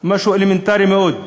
משהו אלמנטרי מאוד.